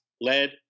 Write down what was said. lead